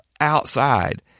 outside